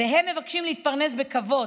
והם מבקשים להתפרנס בכבוד.